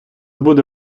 буде